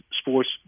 sports